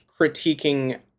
critiquing